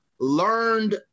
learned